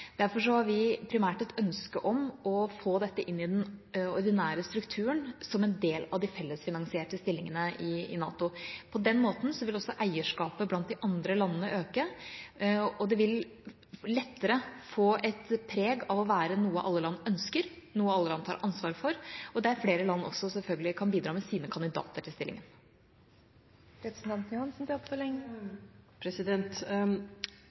Derfor har vi primært et ønske om å få dette inn i den ordinære strukturen som en del av de fellesfinansierte stillingene i NATO. På den måten vil også eierskapet blant de andre landene øke, og det vil lettere få et preg av å være noe alle land ønsker, noe alle land tar ansvar for, og der flere land selvfølgelig også kan bidra med sine kandidater til stillingen.